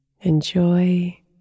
Enjoy